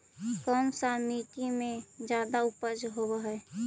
कोन सा मिट्टी मे ज्यादा उपज होबहय?